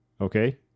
Okay